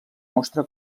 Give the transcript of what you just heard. mostra